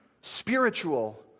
spiritual